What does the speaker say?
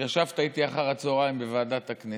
ישבת איתי אחר הצוהריים בוועדת הכנסת.